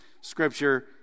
scripture